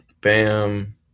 bam